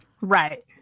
right